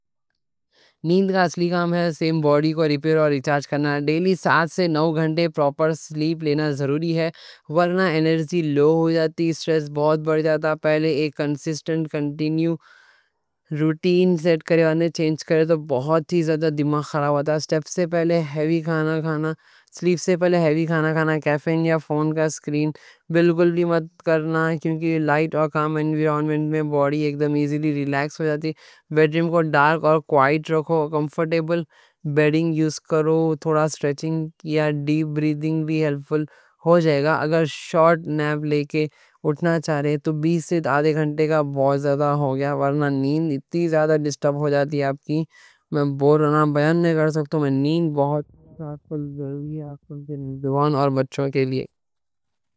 نیند کا اصلی کام ہے باڈی کو ریپیر اور ریچارج کرنا۔ ڈیلی سات سے نو گھنٹے پراپر سلیپ لینا ضروری ہے، ورنہ انرجی لو ہو جاتی، سٹریس بہت بڑھ جاتا۔ پہلے ایک کنسسٹنٹ کنٹینیو روٹین سیٹ کرو، نہ چینج کرو تو بہت ہی زیادہ دماغ خراب ہوتا۔ سب سے پہلے بہت ہی ضروری ہے، سلیپ سے پہلے ہیوی کھانا کھانا، کیفین یا فون کی اسکرین بالکل بھی مت کرنا۔ کیونکہ لائٹ اور کام انوائرمنٹ میں باڈی ایک دم ایزیلی ریلیکس ہو جاتی۔ بیڈروم کو ڈارک اور کوائٹ رکھو، کمفرٹیبل بیڈنگ یوز کرو، تھوڑا سٹریچنگ یا ڈیپ بریتھنگ بھی ہیلپفل ہو جائے گا۔ اگر شارٹ نیپ لے کے اٹھنا چاہ رہے تو بیس سے آدھے گھنٹے کا بہت زیادہ ہو گیا۔ ورنہ نیند اتنی زیادہ ڈسٹرب ہو جاتی ہے آپ کی۔ میں بولنا بیان نہیں کر سکتو، نیند بہت ہو جائے گی جوان اور بچوں کے لئے۔